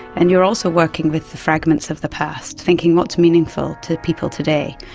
and you're also working with the fragments of the past, thinking what's meaningful to people today.